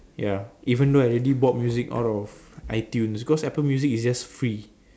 ya even though I already bought music out of iTunes cause apple music is just free